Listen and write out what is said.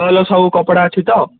ଭଲ ସବୁ କପଡ଼ା ଅଛି ତ